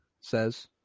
says